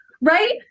right